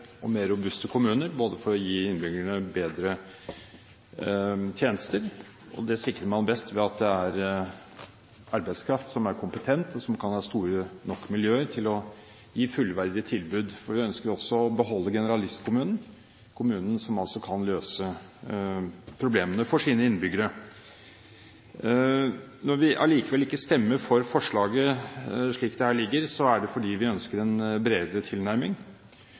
og mer robuste kommuner for å gi innbyggerne bedre tjenester, og det sikrer man best ved at det er arbeidskraft som er kompetent og som kan ha store nok miljøer til å gi fullverdige tilbud. Vi ønsker også å beholde generalistkommunen, kommunen som kan løse problemene for sine innbyggere. Når vi allikevel ikke stemmer for forslaget slik det ligger her, er det fordi vi ønsker en bredere tilnærming.